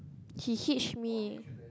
he hitch me